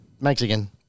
Mexican